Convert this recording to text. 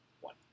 One